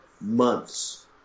months